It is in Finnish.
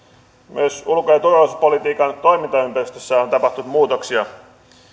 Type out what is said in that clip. myös ulko ja turvallisuuspolitiikan toimintaympäristössä on tapahtunut muutoksia